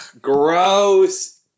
gross